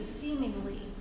seemingly